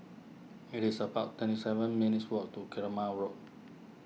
it is about twenty seven minutes' walk to Keramat Road